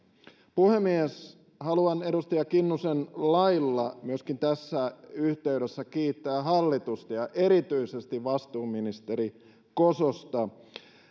puhemies haluan myöskin edustaja kinnusen lailla tässä yhteydessä kiittää hallitusta ja erityisesti vastuuministeri kososta